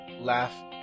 laugh